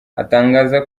atangaza